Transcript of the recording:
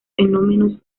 fenómenos